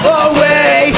away